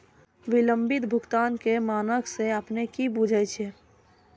विलंबित भुगतान के मानक से अपने कि बुझै छिए?